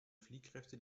fliehkräfte